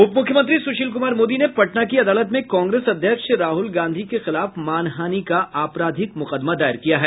उप मुख्यमंत्री सुशील कुमार मोदी ने पटना की अदालत में कांग्रेस अध्यक्ष राहुल गांधी के खिलाफ मानहानि का आपराधिक मुकदमा दायर किया है